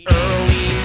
early